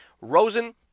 Rosen